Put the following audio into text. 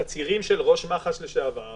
בתצהירים של ראש מח"ש לשעבר